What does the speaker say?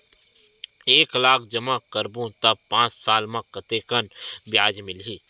एक लाख जमा करबो त पांच साल म कतेकन ब्याज मिलही?